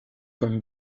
comme